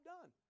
done